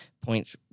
point